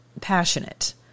passionate